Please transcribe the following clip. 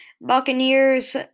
Buccaneers